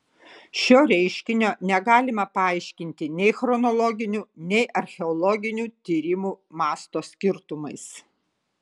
šio reiškinio negalima paaiškinti nei chronologiniu nei archeologinių tyrimų masto skirtumais